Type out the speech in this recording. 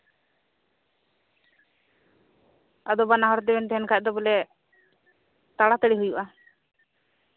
ᱟᱫᱚ ᱵᱟᱱᱟ ᱦᱚᱲ ᱵᱮᱱ ᱛᱟᱦᱮᱸᱱ ᱠᱷᱟᱡ ᱵᱚᱞᱮ ᱛᱟᱲᱟᱛᱟᱲᱤ ᱦᱩᱭᱩᱜᱼᱟ